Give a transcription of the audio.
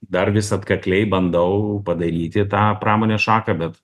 dar vis atkakliai bandau padaryti tą pramonės šaką bet